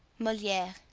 moliere.